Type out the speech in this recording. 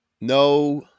No